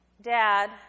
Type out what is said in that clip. Dad